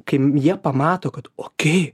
kaim jie pamato kad okėj